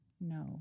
No